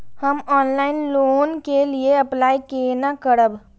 हम online loan के लिए अप्लाई केना करब?